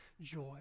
joy